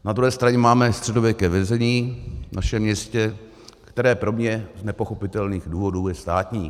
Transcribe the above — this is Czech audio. Na druhé straně máme středověké vězení v našem městě, které z pro mě nepochopitelných důvodů je státní.